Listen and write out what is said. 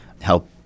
help